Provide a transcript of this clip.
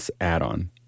add-on